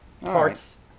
parts